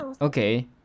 Okay